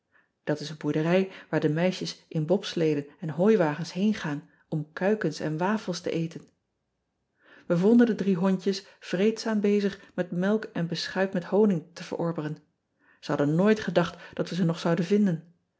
at is een boerderij waar de meisjes in bobsleden en hooiwagens heengaan om kuikens en wafels te eten e vonden de drie hondjes vreedzaam bezig met melk en beschuit met honing te verorberen e hadden nooit gedacht dat we ze nog zouden vinden